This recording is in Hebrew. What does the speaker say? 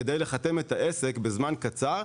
כדי לחתם את העסק בזמן קצר,